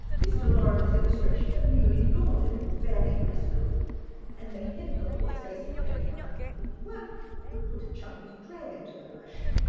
mr. lorimer's illustrations have a newly laundered and barely crisp look and the head of the horse facing page one hundred and fifty one would put a chinese dragon to the blush'.